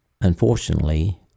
Unfortunately